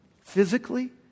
Physically